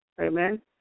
Amen